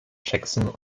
jackson